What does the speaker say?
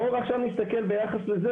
בואו עכשיו נסתכל ביחס לזה,